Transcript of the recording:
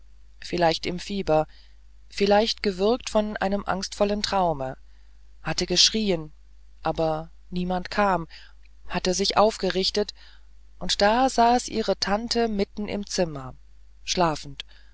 vielleicht im fieber vielleicht gewürgt von einem angstvollen traum hatte geschrien aber niemand kam hatte sich aufgerichtet und da saß ihre tante mitten im zimmer schlafend